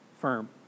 firm